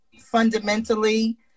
fundamentally